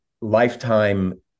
lifetime